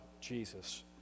Jesus